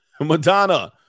Madonna